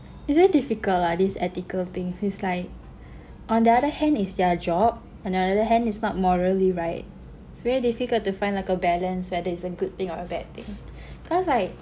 it's very difficult lah this ethical thing it's like on the other hand is their job on the other hand is not morally right it's very difficult to find like a balance whether it's a good thing or a bad thing cause like